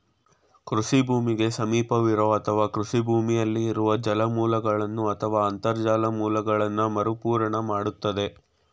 ಕೃಷಿ ಭೂಮಿಗೆ ಸಮೀಪವಿರೋ ಅಥವಾ ಕೃಷಿ ಭೂಮಿಯಲ್ಲಿ ಇರುವ ಜಲಮೂಲಗಳನ್ನು ಅಥವಾ ಅಂತರ್ಜಲ ಮೂಲಗಳನ್ನ ಮರುಪೂರ್ಣ ಮಾಡ್ತದೆ